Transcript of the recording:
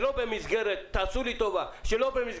שלא במסגרת החל"ת,